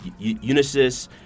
Unisys